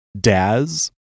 Daz